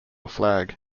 flag